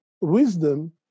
wisdom